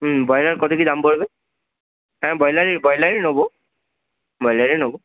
হুম broiler কত কী দাম পড়বে হ্যাঁ ব্রয়লারই ব্রয়লারই নেব ব্রয়লারই নেব